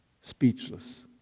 speechless